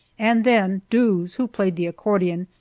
and then doos, who played the accordion,